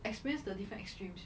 experience the different extremes